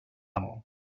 amo